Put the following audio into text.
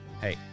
hey